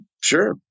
sure